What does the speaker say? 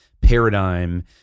paradigm